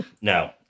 no